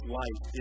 life